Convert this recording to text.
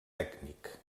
tècnic